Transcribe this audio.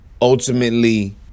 ultimately